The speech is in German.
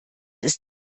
ist